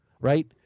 right